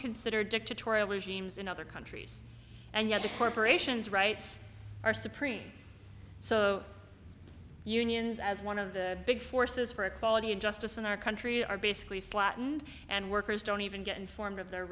consider dictatorial regimes in other countries and yes the corporations rights are supreme so unions as one of the big forces for equality and justice in our country are basically flattened and workers don't even get informed of their